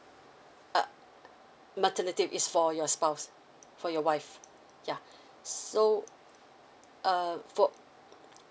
err maternity is for your spouse for your wife yeah so err for